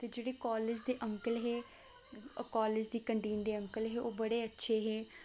ते जेह्ड़े कॉलेज दे अंकल हे कॉलेज दी कैंटीन दे अंकल हे ओह् बडे़ अच्छे हे